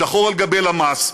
שחור על גבי למ"ס,